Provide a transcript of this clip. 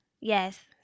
Yes